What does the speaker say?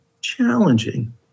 challenging